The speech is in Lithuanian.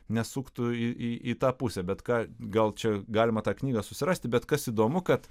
nesuktų į į į tą pusę bet ką gal čia galima tą knygą susirasti bet kas įdomu kad